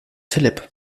philipp